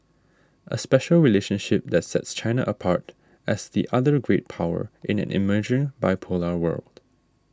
a special relationship that sets China apart as the other great power in an emerging bipolar world